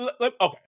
okay